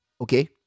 okay